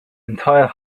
entire